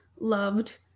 loved